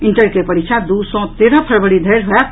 inter केँ परीक्षा दू सँ तेरह फरवरी धरि होयत